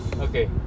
okay